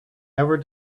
ever